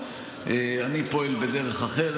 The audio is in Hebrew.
אני פועל בדרך אחרת.